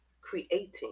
creating